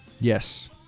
Yes